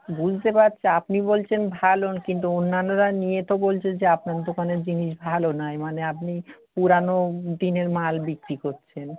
বুঝতে পারছি আপনি বলছেন ভালো কিন্তু অন্যান্যরা নিয়ে তো বলছে যে আপনার দোকানের জিনিস ভালো নয় মানে আপনি পুরনো দিনের মাল বিক্রি করছেন